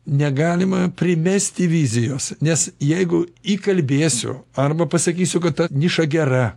negalima primesti vizijos nes jeigu įkalbėsiu arba pasakysiu kad ta niša gera